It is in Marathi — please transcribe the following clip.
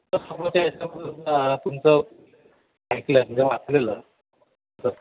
तुमचं ऐकलं आहे म्हणजे वाचलेलं